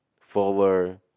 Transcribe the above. Fuller